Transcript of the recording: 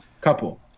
couple